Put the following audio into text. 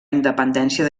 independència